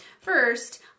First